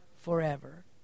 forever